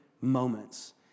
moments